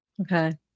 okay